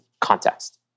context